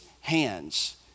hands